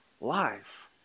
life